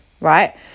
right